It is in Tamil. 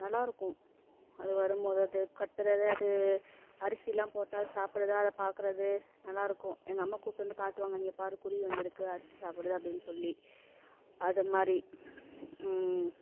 நல்லா இருக்கும் அது வரும் போது அது கத்துறது அது அரிசிலாம் போட்டால் சாப்பிடுதா அதை பார்க்குறது நல்லாயிருக்கும் எங்கள் அம்மா கூப்பிட்டு வந்து காட்டுவாங்க இங்கே பார் குருவி வந்துருக்கு அரிசி சாப்பிடுது அப்படின் சொல்லி அதை மாதிரி